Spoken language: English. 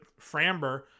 framber